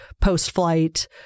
post-flight